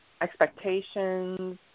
expectations